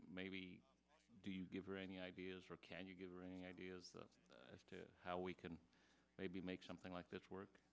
maybe do you give her any ideas or can you give her a ideas as to how we can maybe make something like this work